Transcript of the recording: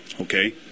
okay